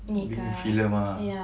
being in film ah